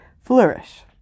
flourish